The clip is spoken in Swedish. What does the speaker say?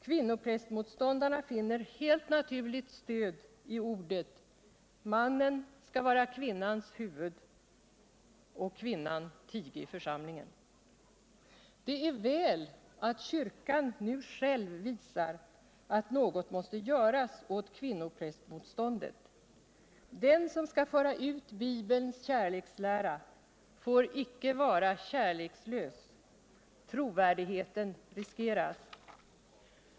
Kvinnoprästmotståndarna finner helt naturligt stöd i ordet: Mannen skall vara kvinnans huvud och kvinnan tige i församlingen. Det är väl att kyrkan nu själv visar att något måste göras åt kvinnoprästmotståndet — den som skall föra ut Bibelns kärlekslära får icke vara kärlek slös. Trovärdigheten riskeras.